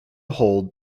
hold